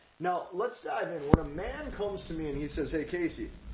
now let's dive in when a man comes to me and he says, hey, casey,